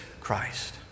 Christ